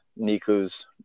Niku's